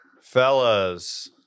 Fellas